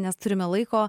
nes turime laiko